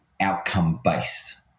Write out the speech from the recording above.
outcome-based